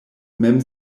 mem